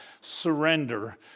surrender